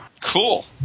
Cool